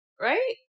Right